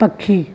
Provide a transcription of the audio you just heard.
पख़ी